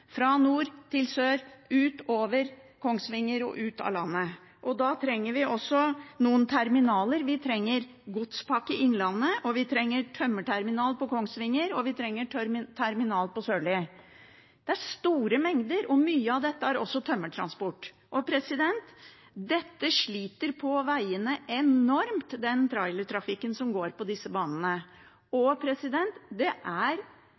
fra nord til sør, over Kongsvinger og ut av landet. Da trenger vi også noen terminaler. Vi trenger Godspakke Innlandet, vi trenger tømmerterminal på Kongsvinger, og vi trenger terminal på Sørli. Det er store mengder, og mye av dette er også tømmertransport. Den trailertrafikken som går på disse strekningene, sliter enormt